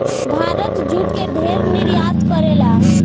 Bharat jute के ढेर निर्यात करेला